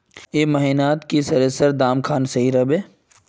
ए महीनात की सरिसर दाम खान सही रोहवे?